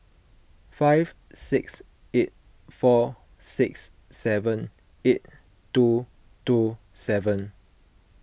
five six eight four six seven eight two two seven